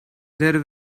they